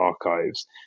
archives